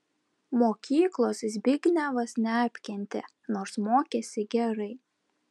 mokyklos zbignevas neapkentė nors mokėsi gerai